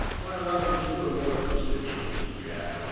by allowing two or more constituents to react.